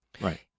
Right